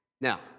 Now